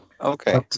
Okay